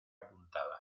apuntada